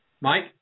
Mike